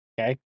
Okay